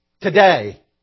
today